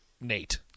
nate